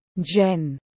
jen